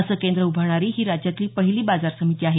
असं केंद्र उभारणारी ही राज्यातली पहिली बाजार समिती आहे